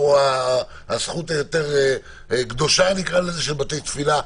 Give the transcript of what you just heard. הזכות היותר קדושה של בתי תפילה.